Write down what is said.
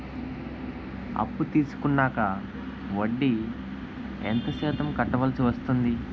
అప్పు తీసుకున్నాక వడ్డీ ఎంత శాతం కట్టవల్సి వస్తుంది?